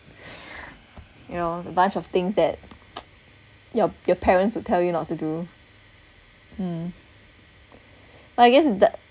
you know a bunch of things that your your parents would tell you not to do mm I guess the